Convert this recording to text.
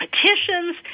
petitions